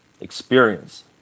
experience